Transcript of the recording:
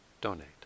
donate